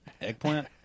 eggplant